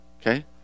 okay